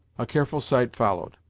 a careful sight followed,